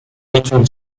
between